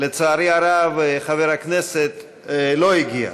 לצערי הרב, חבר הכנסת לא הגיע.